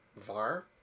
var